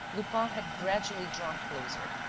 lupin had gradually drawn closer.